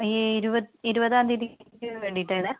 ഈ ഇരുപ ഇരുപതാം തീയതി വേണ്ടീട്ടാണ്